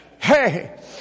Hey